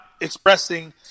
expressing